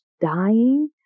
dying